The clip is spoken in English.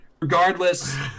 Regardless